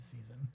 season